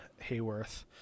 Hayworth